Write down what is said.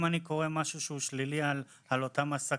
אם אני קורא משהו שהוא שלילי על אותם עסקים,